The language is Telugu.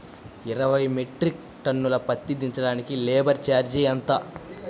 ఇరవై మెట్రిక్ టన్ను పత్తి దించటానికి లేబర్ ఛార్జీ ఎంత?